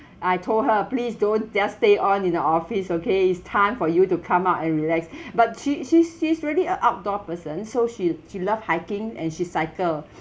I told her please don't just stay on in the office okay it's time for you to come out and relax but she she's she's really a outdoor person so she she love hiking and she cycle